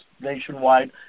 nationwide